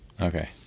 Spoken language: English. Okay